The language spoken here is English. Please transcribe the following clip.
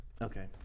Okay